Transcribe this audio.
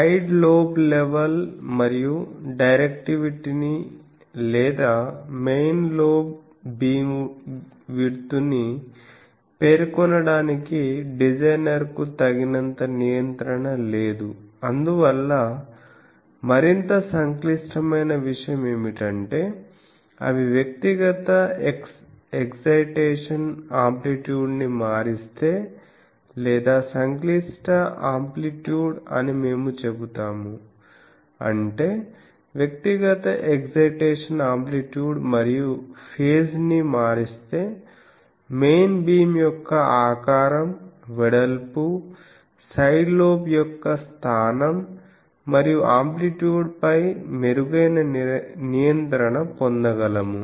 side lobe level మరియు డైరెక్టివిటీని లేదా మెయిన్ లోబ్ బీమ్విడ్త్ను పేర్కొనడానికి డిజైనర్కు తగినంత నియంత్రణ లేదు అందువల్ల మరింత సంక్లిష్టమైన విషయం ఏమిటంటే అవి వ్యక్తిగత ఎక్సైటేషన్ ఆంప్లిట్యూడ్ ని మారిస్తే లేదా సంక్లిష్ట ఆంప్లిట్యూడ్ అని మేము చెబుతాము అంటే వ్యక్తిగత ఎక్సైటేషన్ ఆంప్లిట్యూడ్ మరియు ఫేజ్ ని మారిస్తే మెయిన్ బీమ్ యొక్క ఆకారం వెడల్పు సైడ్ లోబ్ యొక్క స్థానం మరియు ఆంప్లిట్యూడ్ పై మెరుగైన నియంత్రణ పొందగలము